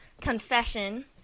confession